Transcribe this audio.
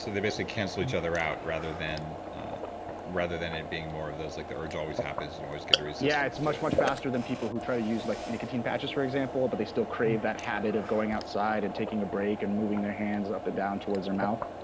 they basically cancel each other out rather than rather than it being more of those like the urge always happens, you always get a resistance yeah, it's much, much faster than people who try to use like nicotine patches, for example but they still crave that habit of going outside and taking a break and moving their hands up and down towards their mouth.